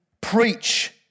preach